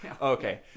Okay